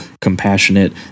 compassionate